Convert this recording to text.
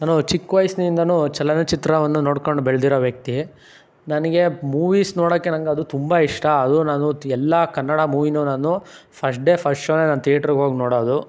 ನಾನು ಚಿಕ್ವಯಸ್ನಿಂದನೂ ಚಲನಚಿತ್ರವನ್ನು ನೋಡಿಕೊಂಡು ಬೆಳೆದಿರೋ ವ್ಯಕ್ತಿ ನನಗೆ ಮೂವೀಸ್ ನೋಡೋಕ್ಕೆ ನಂಗೆ ಅದು ತುಂಬ ಇಷ್ಟ ಅದು ನಾನು ತಿ ಎಲ್ಲ ಕನ್ನಡ ಮೂವೀನು ನಾನು ಫಸ್ಟ್ ಡೇ ಫಸ್ಟ್ ಶೋನೆ ನಾನು ತಿಯೇಟ್ರುಗೋಗಿ ನೋಡೋದು